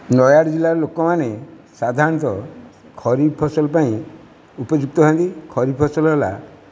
ନୟାଗଡ଼ ଜିଲ୍ଲାରେ ଲୋକମାନେ ସାଧାରଣତଃ ଖରିଫ ଫସଲ ପାଇଁ ଉପଯୁକ୍ତ ହୁଅନ୍ତି ଖରିଫ ଫସଲ ହେଲା